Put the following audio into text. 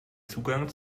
zugang